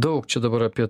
daug čia dabar apie